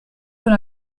dans